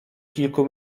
kilku